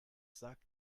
sagt